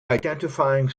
identifying